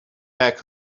back